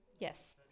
Yes